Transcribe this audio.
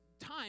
time